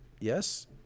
Yes